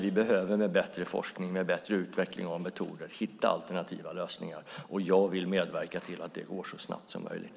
Vi behöver dock med bättre forskning och bättre utveckling av metoder hitta alternativa lösningar, och jag vill medverka till att det går så snabbt som möjligt.